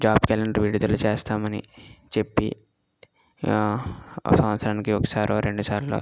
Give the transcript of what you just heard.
job calendar విడుదల చేస్తామని చెప్పి ఆ సంవత్సరానికి ఒకసారో రెండుసార్లో